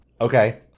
Okay